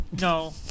No